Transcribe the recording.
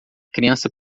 criança